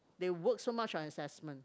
they work so much on assessment